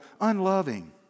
unloving